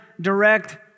direct